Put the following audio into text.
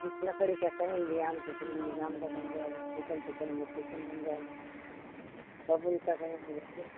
जिस लकड़ी का कहेंगी आम की कहेंगी आम का बन जाएगा शीशम की कहेंगी शीशम बन जाएगा बबूल कहेंगी